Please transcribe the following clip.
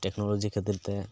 technology ᱠᱷᱟᱹᱛᱤᱨ ᱛᱮ